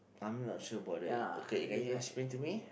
I'm not sure about that okay can you explain to me